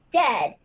dead